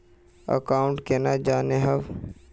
Account केना जाननेहव?